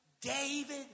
David